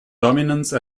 dominance